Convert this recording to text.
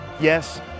Yes